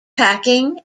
packing